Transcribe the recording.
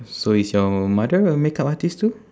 so is your mother a makeup artist too